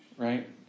Right